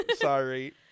Sorry